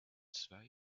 zwei